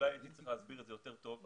אולי הייתי צריך להסביר את זה יותר טוב,